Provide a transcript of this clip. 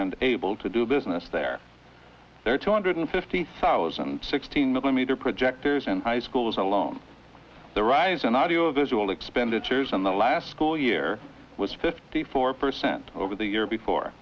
and able to do business there there are two hundred fifty thousand sixteen millimeter projectors in high schools alone the rise in audio visual expenditures in the last school year was fifty four percent over the year before